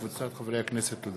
חיים, לפעמים מצליח לך.